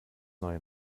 neue